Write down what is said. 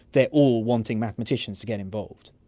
they're all wanting mathematicians to get involved.